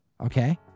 okay